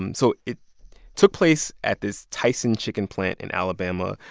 and so it took place at this tyson chicken plant in alabama.